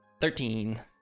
Thirteen